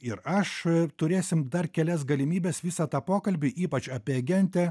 ir aš turėsim dar kelias galimybes visą tą pokalbį ypač apie agentę